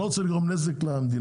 אני לא רוצה לגרום נזק למדינה,